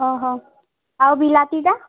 ଅହ ଆଉ ବିଲାତିଟା